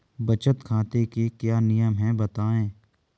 बचत खाते के क्या नियम हैं बताएँ?